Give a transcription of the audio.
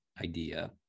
idea